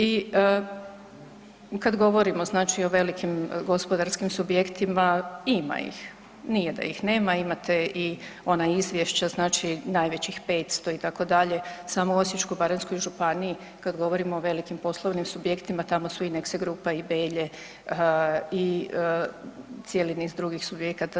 I kad govorimo znači o velikim gospodarskim subjektima, ima ih, nije da ih nema, imate i ona izvješća, znači najvećih 500 itd., samo u Osječko-baranjskoj županiji kad govorimo o velikim poslovnim subjektima, tamo su Inex grupa i Belje i cijeli niz drugih subjekata.